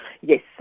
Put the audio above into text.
yes